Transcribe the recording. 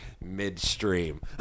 midstream